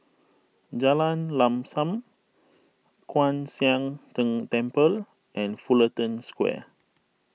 Jalan Lam Sam Kwan Siang Tng Temple and Fullerton Square